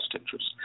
interest